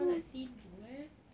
kau nak tidur eh